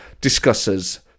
discusses